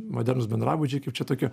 modernūs bendrabučiai kaip čia tokia